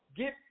get